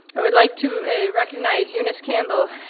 i would like to recognize eunice campbell,